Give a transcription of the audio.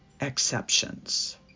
exceptions